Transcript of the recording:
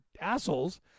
assholes